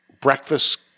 Breakfast